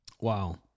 Wow